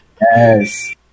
Yes